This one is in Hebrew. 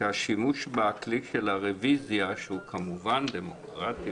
שהשימוש בכלי של הרביזיה, שהוא כמובן דמוקרטי